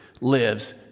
lives